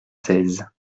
seize